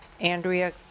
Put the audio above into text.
Andrea